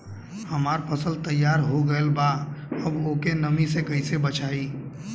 हमार फसल तैयार हो गएल बा अब ओके नमी से कइसे बचाई?